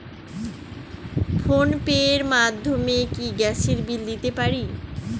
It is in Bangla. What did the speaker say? ফোন পে র মাধ্যমে কি গ্যাসের বিল দিতে পারি?